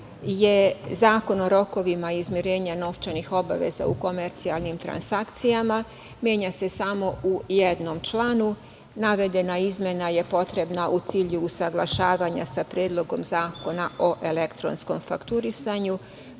je Zakon o rokovima izmirenja novčanih obaveza u komercijalnim transakcijama. Menja se samo u jednom članu. Navedena izmena je potrebna u cilju usaglašavanja sa Predlogom zakona o elektronskom fakturisanju